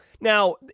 Now